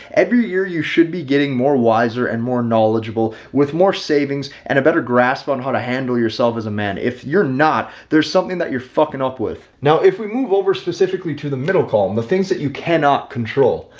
every year you should be getting more wiser and more knowledgeable with more savings and a better grasp on how to handle yourself as a man if you're not, there's something that you're fucking up with. now if we move over specifically to the middle column, the things that you cannot control,